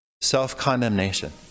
Self-condemnation